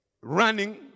Running